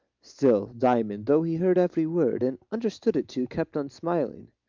still diamond, though he heard every word, and understood it too, kept on smiling.